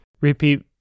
Repeat